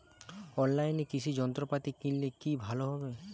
অনলাইনে কৃষি যন্ত্রপাতি কিনলে কি ভালো হবে?